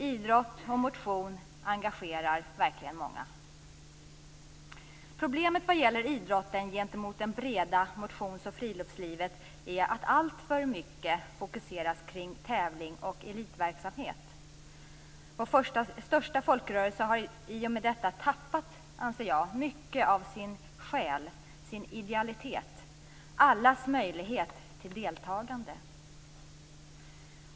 Idrott och motion engagerar verkligen många. Problemet vad gäller idrotten i förhållande till det breda motions och friluftslivet är att alltför mycket fokuseras kring tävling och elitverksamhet. Vår största folkrörelse har i och med detta, anser jag, tappat mycket av sin själ och sin idealitet; allas möjlighet till deltagande.